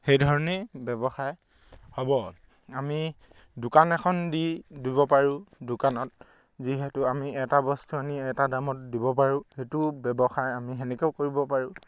সেইধৰণেই ব্যৱসায় হ'ব আমি দোকান এখন দি দিব পাৰোঁ দোকানত যিহেতু আমি এটা বস্তু আনি এটা দামত দিব পাৰোঁ সেইটো ব্যৱসায় আমি সেনেকৈয়ো কৰিব পাৰোঁ